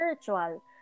Spiritual